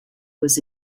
was